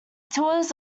tours